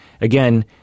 again